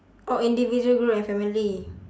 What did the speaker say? oh individual group and family